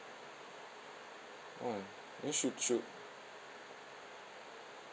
oh then should should